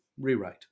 Rewrite